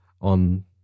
on